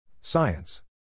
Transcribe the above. Science